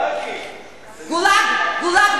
גולאגים, גולאגים.